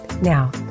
Now